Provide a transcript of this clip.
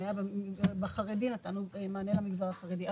אם הייתה במגזר החרדי נתנו מענה למגזר החרדי.